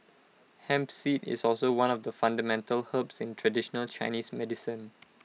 hemp seed is also one of the fundamental herbs in traditional Chinese medicine